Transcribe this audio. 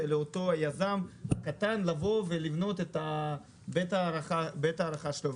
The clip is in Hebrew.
לאותו יזם קטן לבוא ולבנות את בית ההארחה שלו.